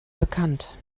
bekannt